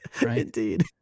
Indeed